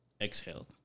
exhaled